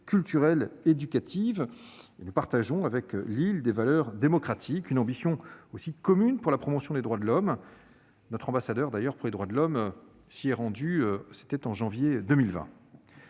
culturelle et éducative. Nous partageons avec l'île des valeurs démocratiques, une ambition commune pour la promotion des droits de l'homme. D'ailleurs, notre ambassadeur pour les droits de l'homme s'y est rendu en janvier 2020.